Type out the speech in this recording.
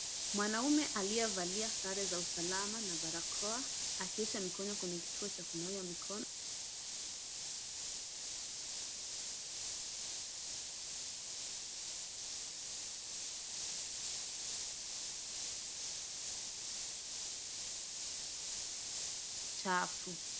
Mwanaume aliyevalia sare za usalama na barakoa akiosha mikono kwenye kituo cha kunawia mikono chafu.